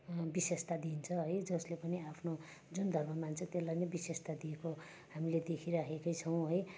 विशेषता दिइन्छ है जसले पनि आफ्नो जुन धर्म मान्छ त्यसलाई नै विशेषता दिएको हामीले देखिराखेकै छौँ है